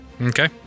Okay